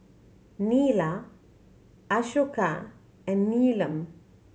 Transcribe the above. Neila Ashoka and Neelam